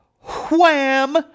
Wham